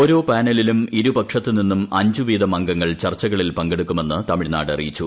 ഓരോ പാനലിലും ഇരുപക്ഷത്തു നിന്നും അഞ്ചുവീതം അംഗങ്ങൾ ചർച്ചകളിൽ പങ്കെടുക്കുമെന്ന് തമിഴ്നാട് അറിയിച്ചു